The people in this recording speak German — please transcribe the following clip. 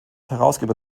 herausgeber